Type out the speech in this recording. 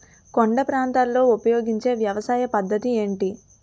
కొండ ప్రాంతాల్లో ఉపయోగించే వ్యవసాయ పద్ధతి ఏంటి?